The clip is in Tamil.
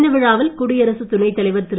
இந்த விழாவில் குடியரசுத் துணைத் தலைவர் திரு